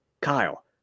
Kyle